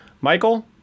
Michael